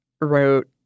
wrote